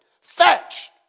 fetch